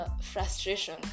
frustration